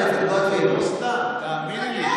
זה לא סתם, תאמיני לי.